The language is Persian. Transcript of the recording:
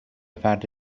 فرد